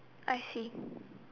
I see